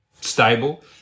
stable